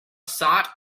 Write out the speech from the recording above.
sought